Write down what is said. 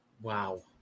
Wow